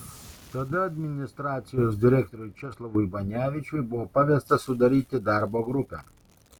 tada administracijos direktoriui česlovui banevičiui buvo pavesta sudaryti darbo grupę